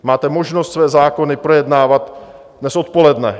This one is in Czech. Máte možnost své zákony projednávat dnes odpoledne.